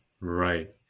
Right